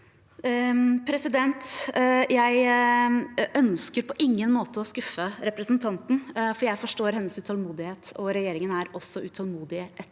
Jeg ønsker på ingen måte å skuffe represen- tanten, for jeg forstår hennes utålmodighet. Regjeringen er også utålmodig etter å kunne